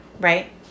Right